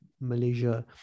Malaysia